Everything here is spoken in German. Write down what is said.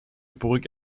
burg